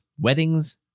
weddings